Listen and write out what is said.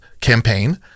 campaign